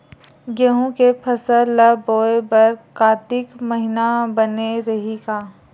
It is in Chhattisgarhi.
गेहूं के फसल ल बोय बर कातिक महिना बने रहि का?